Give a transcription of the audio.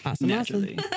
naturally